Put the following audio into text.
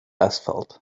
asphalt